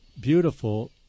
beautiful